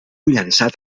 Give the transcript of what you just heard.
llençat